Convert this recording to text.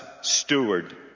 steward